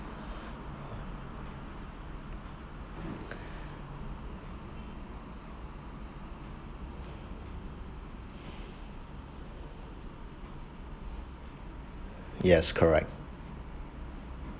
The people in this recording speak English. yes correct